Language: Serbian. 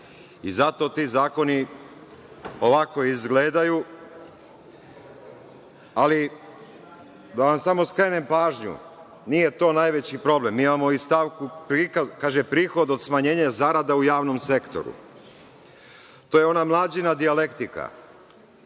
Zato ti zakoni ovako izgledaju. Ali, da vam samo skrenem pažnju, nije to najveći problem. Mi imamo i stavku, kaže – prihod od smanjenja zarada u javnom sektoru. To je ona Mlađina dijalektika.